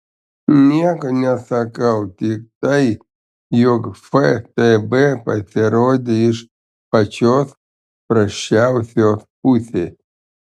nieko nesakau tik tai jog ftb pasirodė iš pačios prasčiausios pusės